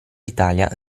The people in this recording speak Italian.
italia